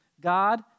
God